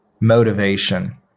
motivation